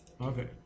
okay